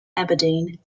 aberdeen